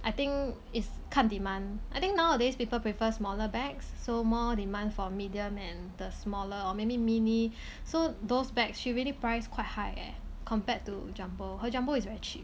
I think is can't demand I think nowadays people prefer smaller bags sold more demand for medium and the smaller or maybe mini so those bags you really price quite high air compared to jumbo is very cheap